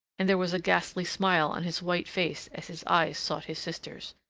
and there was a ghastly smile on his white face as his eyes sought his sister's.